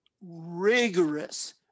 rigorous